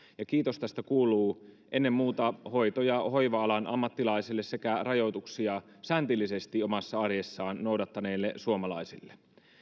kiitos tästä kuuluu ennen muuta hoito ja hoiva alan ammattilaisille sekä rajoituksia säntillisesti omassa arjessaan noudattaneille suomalaisille